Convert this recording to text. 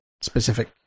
specific